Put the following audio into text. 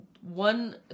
One